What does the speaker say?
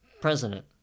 President